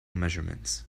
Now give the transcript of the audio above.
measurements